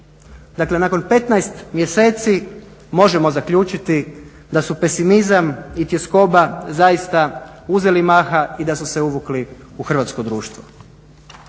Dakle nakon 15 mjeseci možemo zaključiti da su pesimizam i tjeskoba zaista uzeli maha i da su se uvukli u hrvatsko društvo.